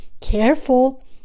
Careful